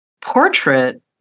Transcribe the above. portrait